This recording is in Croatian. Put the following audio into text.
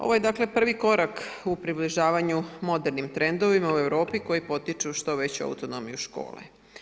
Ovo je dakle prvi korak u približavanju modernim trendovima u Europi koji potiču što veću autonomiju škole.